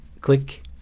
click